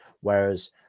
whereas